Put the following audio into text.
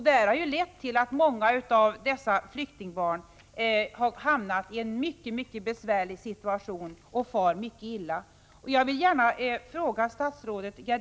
Det här har lett till att många av dessa flyktingbarn har hamnat i en mycket besvärlig situation och far mycket illa.